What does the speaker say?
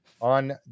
on